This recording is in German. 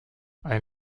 ein